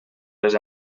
les